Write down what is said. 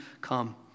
come